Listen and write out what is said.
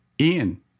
Ian